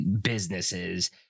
businesses